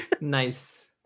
Nice